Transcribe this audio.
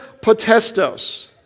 potestos